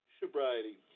sobriety